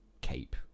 cape